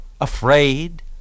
afraid